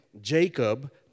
Jacob